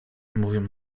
mówią